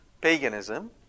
paganism